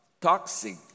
toxic